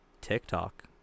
TikTok